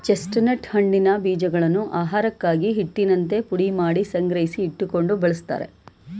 chestnut ಹಣ್ಣಿನ ಬೀಜಗಳನ್ನು ಆಹಾರಕ್ಕಾಗಿ, ಹಿಟ್ಟಿನಂತೆ ಪುಡಿಮಾಡಿ ಸಂಗ್ರಹಿಸಿ ಇಟ್ಟುಕೊಂಡು ಬಳ್ಸತ್ತರೆ